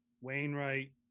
Wainwright